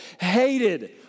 hated